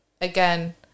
again